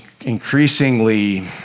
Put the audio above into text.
increasingly